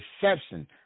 Deception